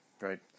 right